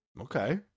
Okay